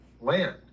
land